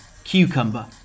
Cucumber